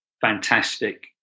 fantastic